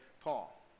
Paul